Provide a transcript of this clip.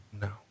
no